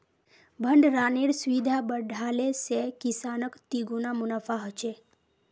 भण्डरानेर सुविधा बढ़ाले से किसानक तिगुना मुनाफा ह छे